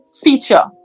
feature